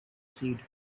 seed